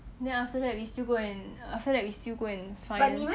then after that we still go and after that we still go and find